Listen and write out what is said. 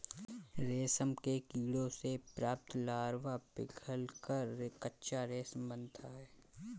रेशम के कीड़ों से प्राप्त लार्वा पिघलकर कच्चा रेशम बनाता है